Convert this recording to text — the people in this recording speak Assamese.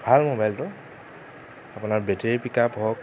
ভাল মোবাইলটো আপোনাৰ বেটেৰী পিক আপ হওক